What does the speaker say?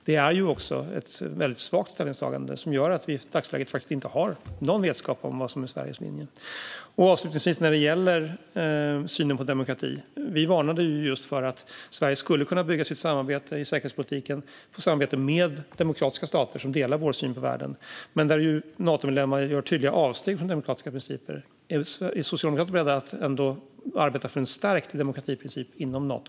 Det är också ett väldigt svagt ställningstagande, och det gör att vi i dagsläget faktiskt inte har någon vetskap om vad som är Sveriges linje. Avslutningsvis: när det gäller synen på demokrati varnade vi just för att Sverige skulle kunna bygga sitt samarbete i säkerhetspolitiken med demokratiska stater som delar vår syn på världen, men att det finns Natomedlemmar som gör tydliga avsteg från demokratiska principer. Är Socialdemokraterna beredda att ändå arbeta för en stärkt demokratiprincip inom Nato?